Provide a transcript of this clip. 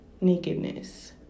nakedness